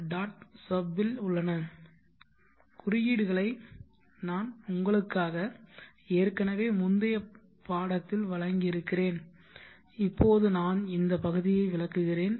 sub இல் உள்ளன குறியீடுகளை நான் உங்களுக்காக ஏற்கனவே முந்தைய பாடத்தில் வழங்கியிருக்கிறேன் இப்போது நான் இந்த பகுதியை விளக்குகிறேன்